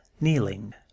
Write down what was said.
kneeling